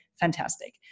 Fantastic